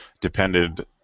depended